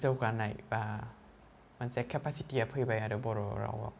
जौगानाय बा मोनसे केपासिटिआ फैबाय आरो बर' रावआव